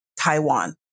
Taiwan